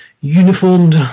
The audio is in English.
uniformed